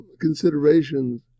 considerations